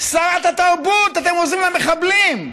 שרת התרבות: אתם עוזרים למחבלים.